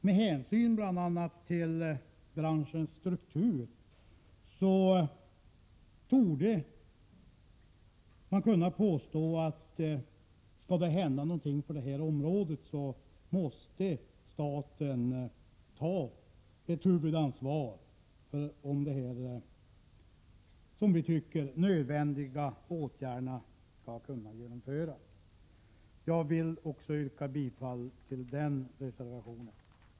Med hänsyn till bl.a. branschens struktur torde man kunna påstå att skall det hända någonting på detta område måste staten ta ett huvudansvar för att dessa, som vi tycker, nödvändiga åtgärder skall kunna genomföras. Jag yrkar bifall till reservation 13.